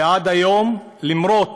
ועד היום, למרות